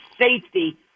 safety